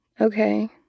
okay